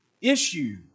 issue